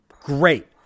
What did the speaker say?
great